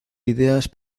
ideas